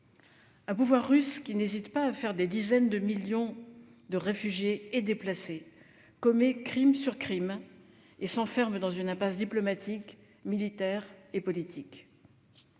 Un pouvoir russe, qui n'hésite pas à faire des dizaines de millions de réfugiés et de déplacés, qui commet crime sur crime et qui s'enferme dans une impasse diplomatique, militaire et politique.